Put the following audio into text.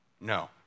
No